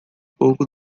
pouco